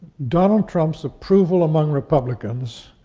donald trump's approval among republicans,